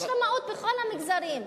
יש רמאות בכל המגזרים.